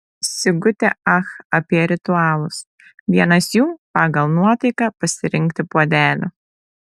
sigutė ach apie ritualus vienas jų pagal nuotaiką pasirinkti puodelį